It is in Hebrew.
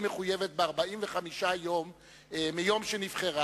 היא מחויבת ב-45 יום מיום שנבחרה,